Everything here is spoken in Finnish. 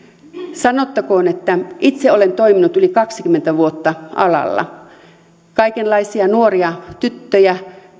sanottakoon että itse olen toiminut yli kaksikymmentä vuotta alalla ja kaikenlaisia nuoria tyttöjä